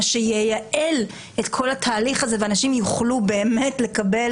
מה שייעל את כל התהליך הזה ואנשים יוכלו באמת לקבל